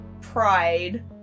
pride